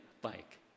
bike